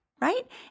right